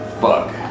Fuck